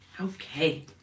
Okay